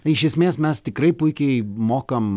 iš esmės mes tikrai puikiai mokam